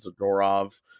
Zadorov